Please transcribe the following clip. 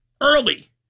early